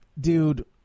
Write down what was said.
dude